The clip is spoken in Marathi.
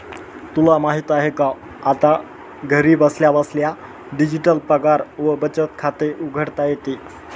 तुला माहित आहे का? आता घरी बसल्या बसल्या डिजिटल पगार व बचत खाते उघडता येते